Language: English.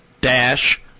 dash